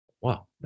wow